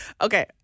Okay